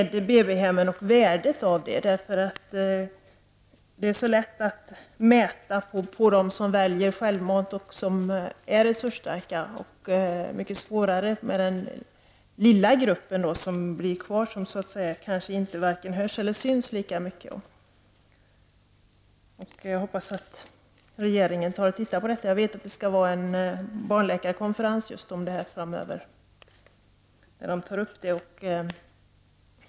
Det är så lätt att mäta bland dem som väljer själva och är resursstarka. Det är mycket svårare med den lilla grupp som blir kvar, den som kanske varken hörs eller syns lika mycket. Jag hoppas att regeringen tittar på detta. Jag vet att det skall hållas en barnläkarkonferens om detta framöver.